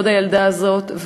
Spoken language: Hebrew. ועוד הילדה הזאת.